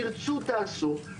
תרצו תעשו,